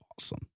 awesome